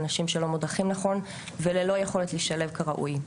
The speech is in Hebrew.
אנשים שלא מודרכים נכון וללא יכולת להשתלב כראוי.